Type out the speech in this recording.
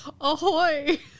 Ahoy